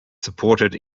supported